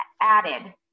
added